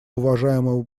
уважаемому